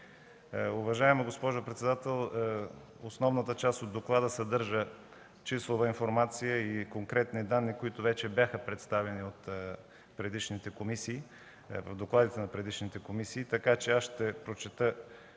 Уважаема госпожо председател, основната част от доклада съдържа числова информация и конкретни данни, които вече бяха представени в докладите на предишните комисии, така че аз ще прочета